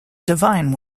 divine